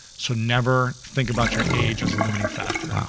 so never think about your age as a limiting factor. ah